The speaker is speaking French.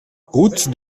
route